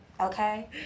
Okay